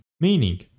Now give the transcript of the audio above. Meaning